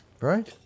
Right